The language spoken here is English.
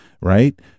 right